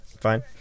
fine